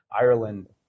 Ireland